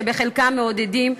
שחלקם מעודדים,